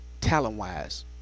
talent-wise